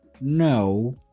no